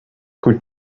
could